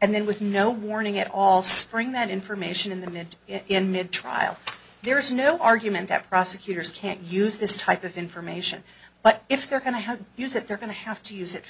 and then with no warning at all string that information in them and in mid trial there is no argument that prosecutors can't use this type of information but if they're going to have use it they're going to have to use it